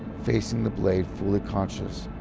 facing the blade fully conscious